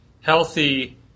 healthy